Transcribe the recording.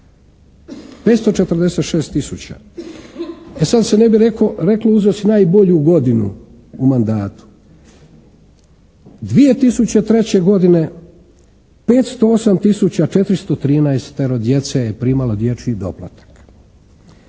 546 tisuća. E sad se ne bi reklo uzeo si najbolju godinu u mandatu. 2003. godine 508 tisuća 413 djece je primalo dječji doplatak.